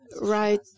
right